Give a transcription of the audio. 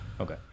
Okay